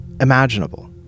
imaginable